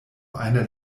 einer